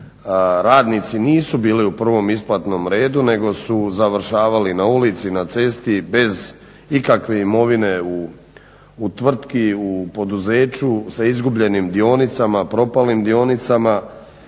radnici nisu bili u prvom isplatnom redu nego su završavali na ulici, na cesti bez ikakve imovine u tvrtki, u poduzeću sa izgubljenim dionicama, propalim dionicama